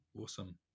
Awesome